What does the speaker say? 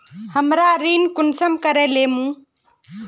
हमरा ऋण कुंसम करे लेमु?